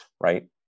right